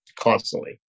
constantly